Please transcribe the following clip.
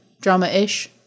Drama-ish